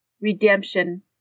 Redemption